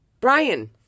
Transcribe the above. Brian